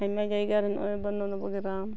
ᱟᱭᱢᱟ ᱡᱟᱭᱜᱟ ᱨᱮ ᱱᱚᱜᱼᱚᱭ ᱵᱚᱱᱚ ᱱᱚᱵᱚᱜᱮᱨᱟᱢ